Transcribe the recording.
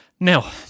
Now